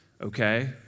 okay